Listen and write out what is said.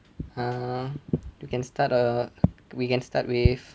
uh you can start uh we can start with